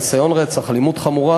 ניסיון רצח או אלימות חמורה,